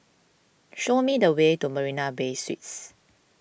show me the way to Marina Bay Suites